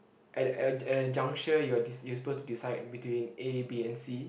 at at at the junction you are des~ you are suppose to decide between A B and C